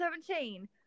Seventeen